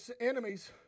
enemies